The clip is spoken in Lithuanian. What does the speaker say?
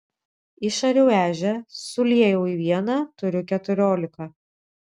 išariau ežią suliejau į vieną turiu keturiolika